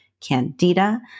candida